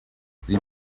sie